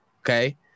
Okay